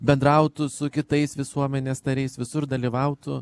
bendrautų su kitais visuomenės nariais visur dalyvautų